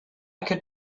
could